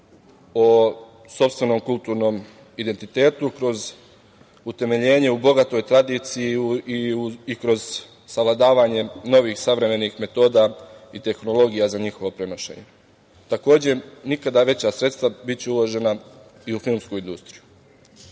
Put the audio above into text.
o sopstvenom kulturnom identitetu kroz utemeljenje u bogatoj tradiciji i kroz savladavanje novih savremenih metoda i tehnologija za njihovo prenošenje. Takođe, nikada veća sredstva biće uložena i u filmsku industriju. Raduje